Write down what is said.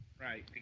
Right